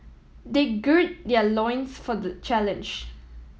they gird their loins for the challenge